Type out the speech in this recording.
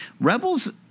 Rebels